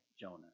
Jonah